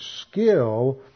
skill